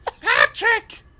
Patrick